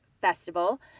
Festival